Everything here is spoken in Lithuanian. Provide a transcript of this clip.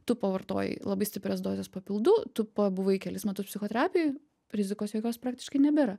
tu pavartojai labai stiprias dozes papildų tu pabuvai kelis metus psichoterapijoj rizikos jokios praktiškai nebėra